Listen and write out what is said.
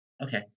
Okay